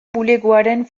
bulegoaren